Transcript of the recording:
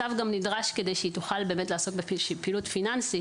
הצו גם נדרש כדי שהיא תוכל באמת לעסוק בפעילות פיננסית.